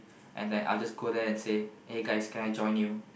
and then I'll just go there and say eh guys can I join you